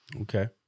okay